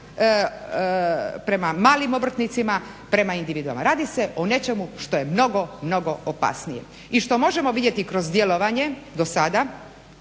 prema malim obrtnicima, prema individuama. Radi se o nečemu što je mnogo, mnogo opasnije i što možemo vidjeti kroz djelovanje do sada,